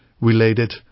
related